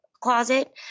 closet